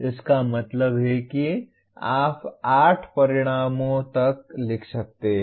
इसका मतलब है कि आप 8 परिणामों तक लिख सकते हैं